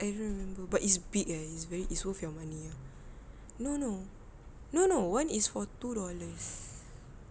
I don't remember but it's big and it's very is worth your money ah no no no no one is for two dollars